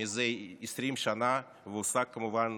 זה 20 שנה, והושג, כמובן,